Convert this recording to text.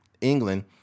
England